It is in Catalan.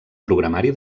programari